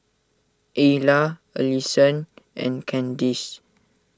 Ayla Allisson and Candice